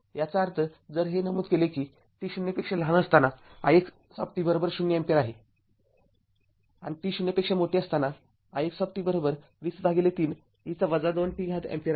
याचा अर्थ जर हे नमूद केले कि t0 साठी ix ० अँपिअर आहे आणि t0 साठी ix २०३ e २t अँपिअर आहे